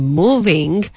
moving